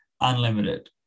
unlimited